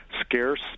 scarce